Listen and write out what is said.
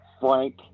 Frank